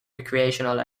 recreational